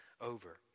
over